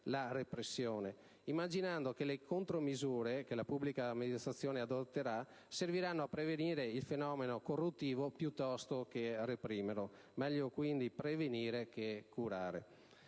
la repressione, immaginando che le contromisure che la pubblica amministrazione adotterà serviranno a prevenire il fenomeno corruttivo piuttosto che a reprimerlo. Meglio, quindi, prevenire che curare.